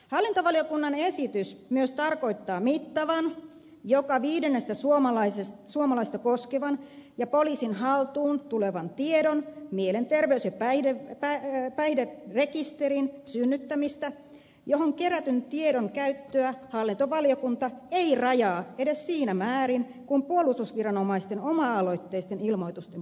hallintovaliokunnan esitys myös tarkoittaa mittavan joka viidettä suomalaista koskevan ja poliisin haltuun tulevan mielenterveys ja päihderekisterin synnyttämistä johon kerätyn tiedon käyttöä hallintovaliokunta ei rajaa edes siinä määrin kuin puolustusviranomaisten oma aloitteisten ilmoitusten poliisikäyttöä